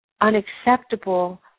unacceptable